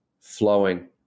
flowing